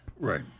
Right